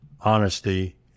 honesty